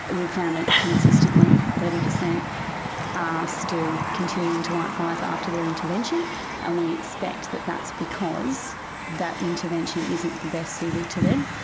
and we've found that consistently thirty percent are still continuing to light fires after their intervention and ah we expect that that's because that intervention isn't the best suited to them,